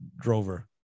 Drover